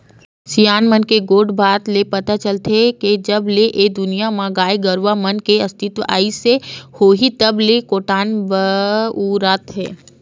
सियान मन के गोठ बात ले पता चलथे के जब ले ए दुनिया म गाय गरुवा मन के अस्तित्व आइस होही तब ले कोटना बउरात हे